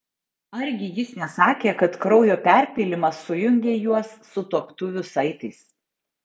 argi jis nesakė kad kraujo perpylimas sujungė juos sutuoktuvių saitais